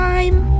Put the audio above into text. time